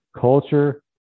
Culture